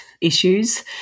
issues